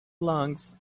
lungs